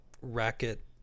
racket